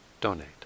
donate